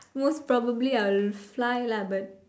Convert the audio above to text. most probably I'll fly lah but